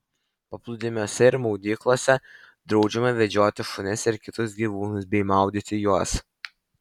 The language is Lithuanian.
paplūdimiuose ir maudyklose draudžiama vedžioti šunis ir kitus gyvūnus bei maudyti juos